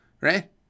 right